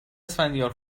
اسفندیار